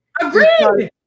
Agreed